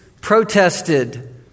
protested